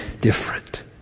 different